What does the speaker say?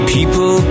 People